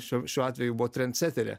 šiuo šiuo atveju buvo trenceterė